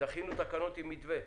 תכינו תקנות עם מתווה.